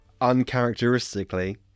Uncharacteristically